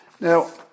Now